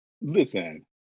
listen